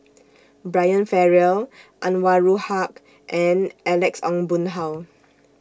Brian Farrell Anwarul Haque and Alex Ong Boon Hau